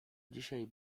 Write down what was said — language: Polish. dzisiaj